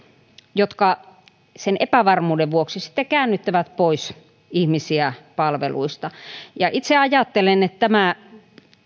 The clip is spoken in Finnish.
jotka sen epävarmuuden vuoksi sitten käännyttävät pois ihmisiä palveluista itse ajattelen että tämä